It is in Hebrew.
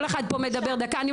כל אחד פה מדבר דקה.